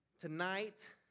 tonight